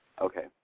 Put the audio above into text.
Okay